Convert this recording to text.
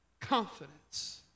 confidence